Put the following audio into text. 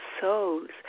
souls